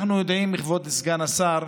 אנחנו יודעים, כבוד סגן השר,